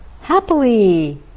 happily